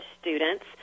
students